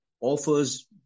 offers